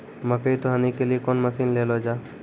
मकई तो हनी के लिए कौन मसीन ले लो जाए?